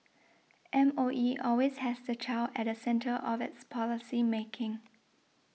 M O E always has the child at the centre of its policy making